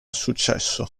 successo